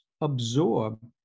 absorb